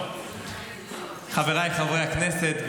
חבריי חברי הכנסת,